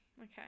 okay